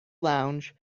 lounge